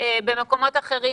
שהם שבויים במניפולציה.